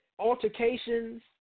altercations